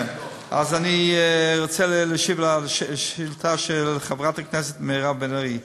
אז אני רוצה להשיב על השאילתה של חברת הכנסת מירב בן ארי: